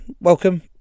welcome